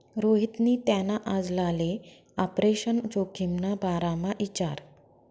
रोहितनी त्याना आजलाले आपरेशन जोखिमना बारामा इचारं